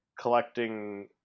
collecting